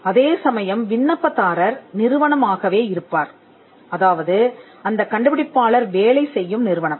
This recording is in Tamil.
அதேசமயம் விண்ணப்பதாரர் நிறுவனம் ஆகவே இருப்பார்அதாவது அந்தக் கண்டுபிடிப்பாளர் வேலை செய்யும் நிறுவனம்